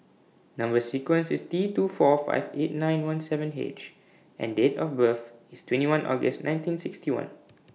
Number sequence IS T two four five eight nine one seven H and Date of birth IS twenty one August nineteen sixty one